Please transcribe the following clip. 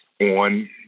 on